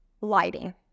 Lighting